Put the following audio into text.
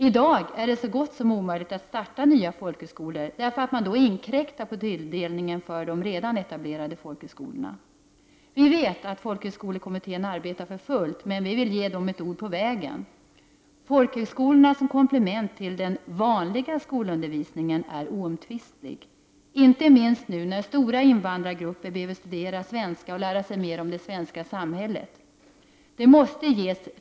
I dag är det så gott som omöjligt att starta nya folkhögskolor, därför att man då inkräktar på tilldelningen till de redan etablerade folkhögskolorna. Vi vet att folkhögskolekommittén arbetar för fullt, men vi vill ge dem ett ord på vägen. Folkhögskolorna som komplement till den vanliga skolundervisningen är oomtvistliga, inte minst nu när stora invandrargrupper behöver studera svenska och lära sig mer om det svenska samhället.